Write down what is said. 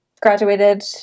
graduated